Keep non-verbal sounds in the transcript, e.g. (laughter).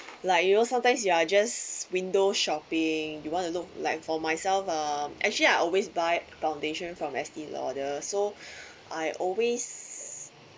like you know sometimes you are just window shopping you want to look like for myself um actually I always buy foundation from Estee Lauder so (breath) I always